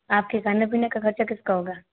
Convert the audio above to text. आप के खाने पीने का खर्चा किस का होगा